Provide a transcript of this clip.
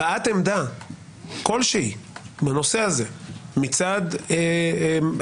הבעת עמדה כלשהי בנושא הזה מצד הנהלת